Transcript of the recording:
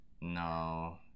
No